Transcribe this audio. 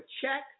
check